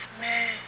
man